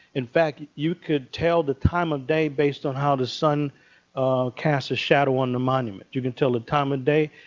in fact, you can tell the time of day based on how the sun casts a shadow on the monument. you can tell the time of day,